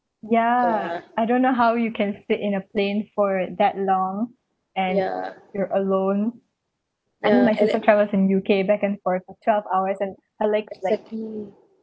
ya I don't know how you can sit in a plane for that long and you're alone and I mean my sister travels in U_K back and forth for twelve hours and I like like